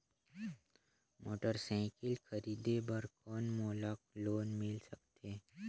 Motorcycle खरीदे बर कौन मोला लोन मिल सकथे?